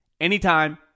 anytime